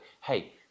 hey